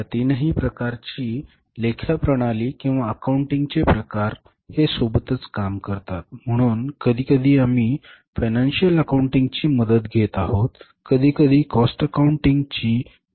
या तीनही प्रकारची लेखा प्रणाली किंवा अकाउंटिंग चे प्रकार हे सोबतच काम करतात म्हणून कधीकधी आम्ही फायनान्शिअल अकाउंटिंगची मदत घेत आहोत कधीकधी आम्ही कॉस्ट अकाउंटिंगची मदत घेत आहोत